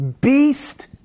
beast